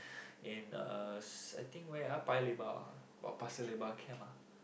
in uh I think where ah Paya Lebar ah or Pasir Lebar camp ah